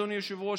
אדוני היושב-ראש,